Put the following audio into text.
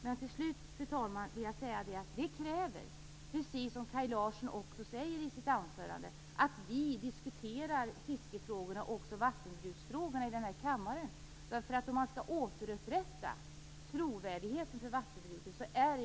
Men till slut, fru talman, vill jag säga att vi kräver, precis som Kaj Larsson också säger i sitt anförande, att vi skall diskutera fiskefrågorna och även vattenbruksfrågorna i denna kammare. Om man skall återupprätta trovärdigheten för vattenbruket är det viktigt med kraftfulla politiska signaler.